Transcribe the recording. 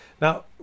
Now